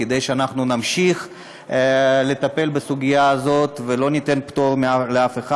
כדי שאנחנו נמשיך לטפל בסוגיה הזאת ולא ניתן פטור לאף אחד.